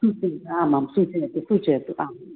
सूचय आमां सूचयतु सूचयतु आम्